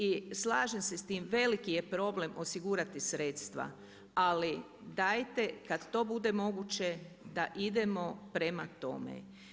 I slažem se s tim, veliki je problem osigurati sredstva ali dajte kada to bude moguće da idemo prema tome.